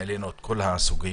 העלינו את כל הסוגיות,